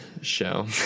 show